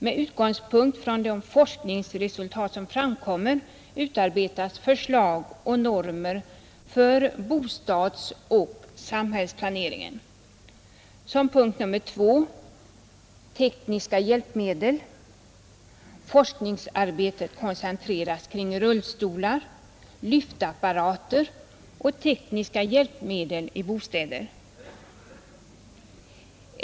Med utgångspunkt från de forskningsresultat som framkommer utarbetas förslag och normer för bostadsoch samhällsplaneringen. För det andra är det tekniska hjälpmedel. Forskningsarbetet koncentreras kring rullstolar, lyftapparater och tekniska hjälpmedel i bostäder.